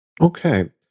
Okay